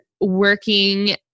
working